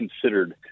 considered